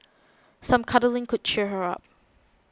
some cuddling could cheer her up